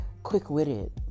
quick-witted